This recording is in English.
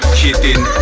kidding